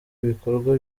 ibikorwa